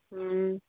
ꯎꯝ